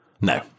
No